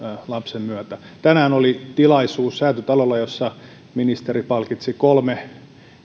lapsen myötä tänään oli tilaisuus säätytalolla jossa ministeri palkitsi kolme